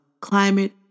climate